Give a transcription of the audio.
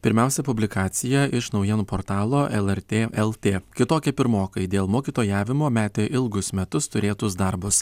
pirmiausia publikacija iš naujienų portalo lrt lt kitokie pirmokai dėl mokytojavimo metė ilgus metus turėtus darbus